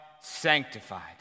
sanctified